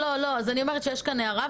אז אני אומרת שיש כאן הערה,